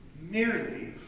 merely